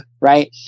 right